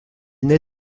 naît